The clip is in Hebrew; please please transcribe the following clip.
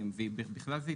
בכלל זה,